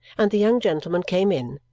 and the young gentleman came in.